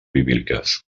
bíbliques